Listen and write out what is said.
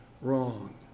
wrong